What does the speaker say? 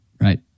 right